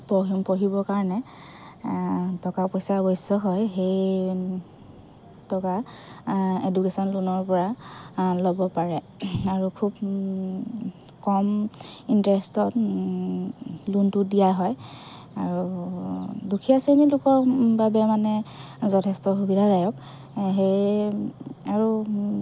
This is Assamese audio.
পঢ়িম পঢ়িব কাৰণে টকা পইচা আৱশ্যক হয় সেই টকা এডুকেচন লোনৰপৰা ল'ব পাৰে আৰু খুব কম ইন্টাৰেষ্টত লোনটো দিয়া হয় আৰু দুখীয়া শ্ৰেণীৰ লোকৰ বাবে মানে যথেষ্ট সুবিধাদায়ক সেয়েহে আৰু